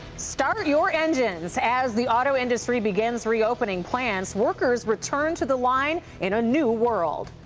start your engines. s as the auto industry begins reopening plants, workers return to the line in a new world.